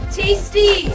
tasty